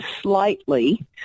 slightly